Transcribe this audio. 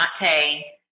Mate